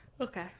Okay